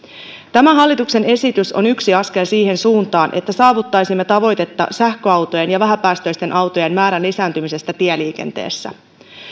tämä hallituksen esitys on yksi askel siihen suuntaan että saavuttaisimme tavoitetta sähköautojen ja vähäpäästöisten autojen määrän lisääntymisestä tieliikenteessä